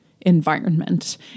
environment